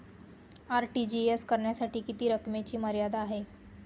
RTGS करण्यासाठी किती रकमेची मर्यादा आहे?